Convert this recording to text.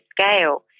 scale